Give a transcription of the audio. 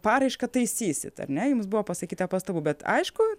paraišką taisysit ar ne jums buvo pasakyta pastabų bet aišku